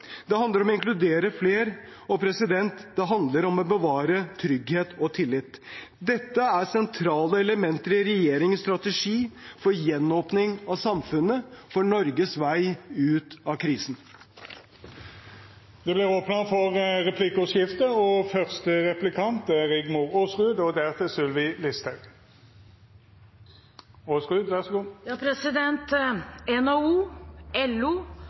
Det handler om å inkludere flere. Og det handler om å bevare trygghet og tillit. Dette er sentrale elementer i regjeringens strategi for gjenåpning av samfunnet – for Norges vei ut av krisen. Det vert replikkordskifte. NHO, LO, mange bedrifter og